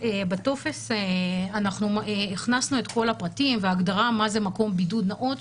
בטופס הכנסנו את כל הפרטים והגדרה מה זה מקום בידוד נאות,